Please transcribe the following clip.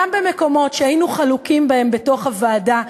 גם במקומות שהיינו חלוקים בהם בתוך הוועדה,